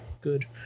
good